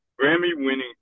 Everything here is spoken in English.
Grammy-winning